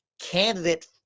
candidate